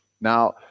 Now